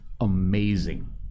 amazing